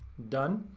done.